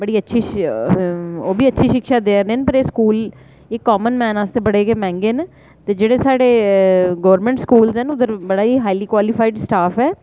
बड़ी अच्छी ओह् बी अच्छी शिक्षा देआ दे न पर एह् स्कूल इक कामन मैन आस्तै बड़े गै मैंह्गे न ते जेह्ड़े साढ़े गौरमैंट स्कूल न उद्धर बड़ा ई हाइली क्वालीफाइड स्टाफ ऐ